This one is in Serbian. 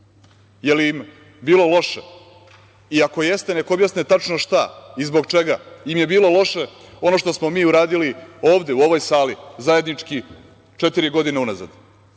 Jel im bilo loše? Ako jeste, neka objasne tačno šta i zbog čega im je bilo loše ono što smo mi uradili ovde u ovoj sali zajednički četiri godine unazad,